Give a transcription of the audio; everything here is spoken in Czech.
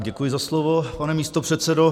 Děkuji za slovo, pane místopředsedo.